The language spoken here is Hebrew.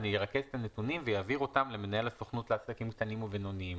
יעביר את הנתונים למנהל הסוכנות לעסקים קטנים ובינוניים.